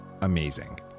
amazing